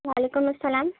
وعلیکم السّلام